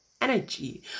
energy